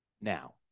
now